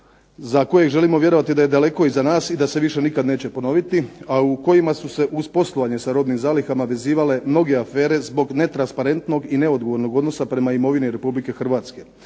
za kojeg želimo vjerovati da je daleko iza nas i da više nikad neće ponoviti, a u kojima su se uz poslovanje sa robnim zalihama vezivale mnoge afere zbog netransparentnog i neodgovornog odnosa prema imovini Republike Hrvatske.